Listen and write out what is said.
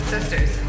sisters